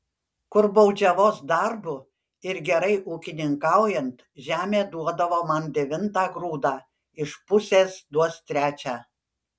kur baudžiavos darbu ir gerai ūkininkaujant žemė duodavo man devintą grūdą iš pusės duos trečią